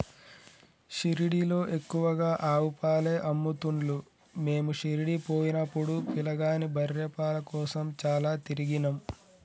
షిరిడీలో ఎక్కువగా ఆవు పాలే అమ్ముతున్లు మీము షిరిడీ పోయినపుడు పిలగాని బర్రె పాల కోసం చాల తిరిగినం